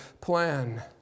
plan